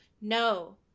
no